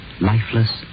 Lifeless